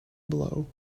blow